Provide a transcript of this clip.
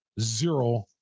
Zero